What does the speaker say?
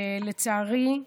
לצערי,